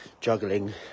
juggling